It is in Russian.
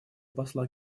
посла